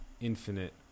infinite